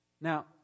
Now